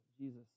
Jesus